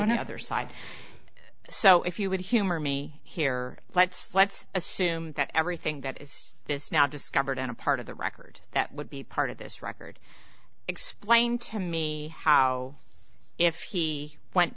about other side so if you would humor me here let's let's assume that everything that is this now discovered in a part of the record that would be part of this record explain to me how if he went